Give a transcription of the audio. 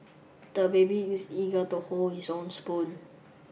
the baby is eager to hold his own spoon